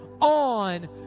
on